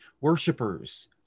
worshippers